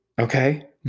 Okay